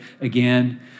again